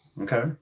Okay